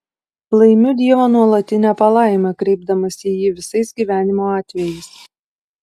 laimiu dievo nuolatinę palaimą kreipdamasi į jį visais gyvenimo atvejais